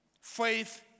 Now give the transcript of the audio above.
Faith